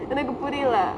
எனக்கு புரிலே:enaku purile